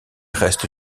reste